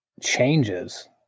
changes